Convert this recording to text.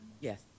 Yes